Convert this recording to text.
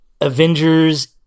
Avengers